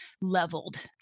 leveled